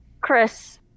Chris